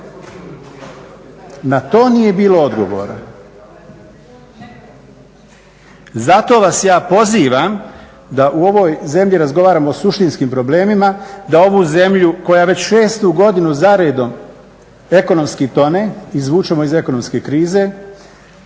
Na to nije bilo odgovora. Zato vas ja pozivam da u ovoj zemlji razgovaramo o suštinskim problemima, da ovu zemlju koja već šestu godinu za redom ekonomski tone, izvučemo iz ekonomske krize.